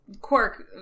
Quark